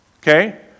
okay